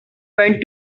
went